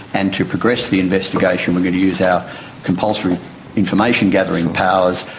and to progress the investigation we're going to use our compulsory information gathering powers,